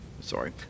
sorry